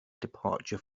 departure